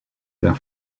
their